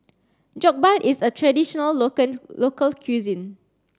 Jokbal is a traditional local cuisine